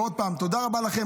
ועוד פעם, תודה רבה לכם.